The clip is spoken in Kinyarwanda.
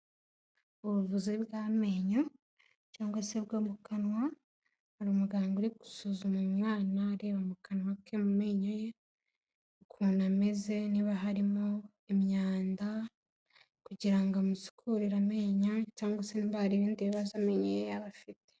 Ubuvuzi bw'amenyo cyangwa se bwo mu kanwa, hari umuganga uri gusuzuma umwana areba mu kanwa ke mu menyo ye, ukuntu ameze, niba harimo imyanda, kugira ngo amusukurire amenyo cyangwa se nimba hari ibindi bibazo amenyo ye yaba afite.